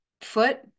foot